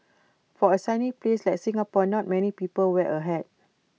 for A sunny place like Singapore not many people wear A hat